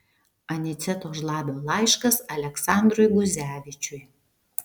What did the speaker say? aniceto žlabio laiškas aleksandrui guzevičiui